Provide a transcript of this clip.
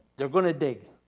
they're gonna dig.